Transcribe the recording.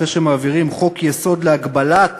אחרי שמעבירים חוק-יסוד להגבלת